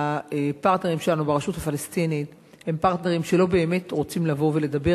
הפרטנרים שלנו ברשות הפלסטינית הם פרטנרים שלא באמת רוצים לבוא ולדבר.